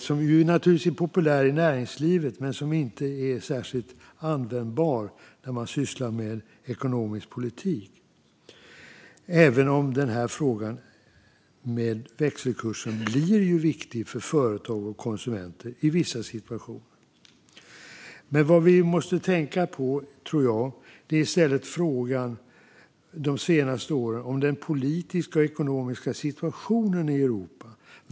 Den är ju naturligtvis populär i näringslivet men är inte särskilt användbar när man sysslar med ekonomisk politik, även om frågan om växelkursen blir viktig för företag och konsumenter i vissa situationer. Vad vi måste tänka på är i stället den politiska och ekonomiska situationen i Europa.